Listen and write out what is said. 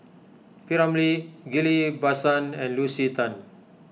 P Ramlee Ghillie Basan and Lucy Tan